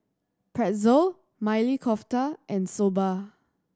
Pretzel Maili Kofta and Soba